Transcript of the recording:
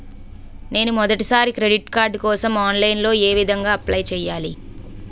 నేను మొదటిసారి credit card కోసం ఆన్లైన్ లో ఏ విధంగా అప్లై చేయాలి?